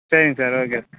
சரிங்க sir okay sir